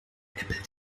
nippel